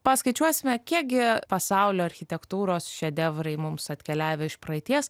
paskaičiuosime kiek gi pasaulio architektūros šedevrai mums atkeliavę iš praeities